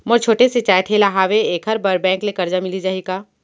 मोर छोटे से चाय ठेला हावे एखर बर बैंक ले करजा मिलिस जाही का?